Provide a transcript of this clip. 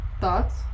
Thoughts